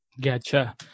Gotcha